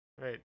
Right